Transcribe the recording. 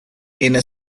inner